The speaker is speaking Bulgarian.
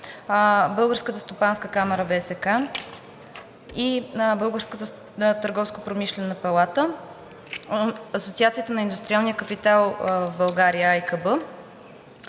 Българската стопанска камара (БСК), Българската търговско-промишлена палата (БТПП) и Асоциацията на индустриалния капитал в България (АИКБ).